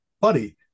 buddy